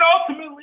ultimately